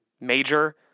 major